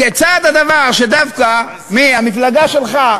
כיצד קרה הדבר שדווקא מהמפלגה שלך,